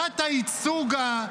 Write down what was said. התת-ייצוג,